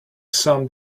some